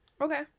okay